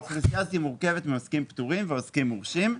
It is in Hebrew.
האוכלוסייה הזו מורכבת מעוסקים פטורים ומעוסקים מורשים.